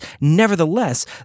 nevertheless